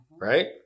right